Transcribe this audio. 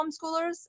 homeschoolers